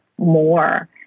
more